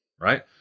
right